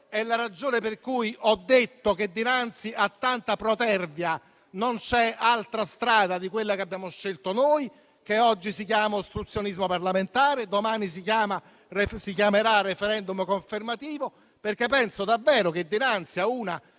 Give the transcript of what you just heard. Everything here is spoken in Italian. È la ragione per cui ho detto che dinanzi a tanta protervia non c'è altra strada che quella che abbiamo scelto noi, che oggi si chiama ostruzionismo parlamentare e domani si chiamerà *referendum* confermativo. È stata fatta la